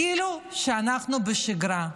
כאילו אנחנו בשגרה.